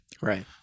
Right